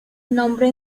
nombre